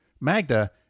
Magda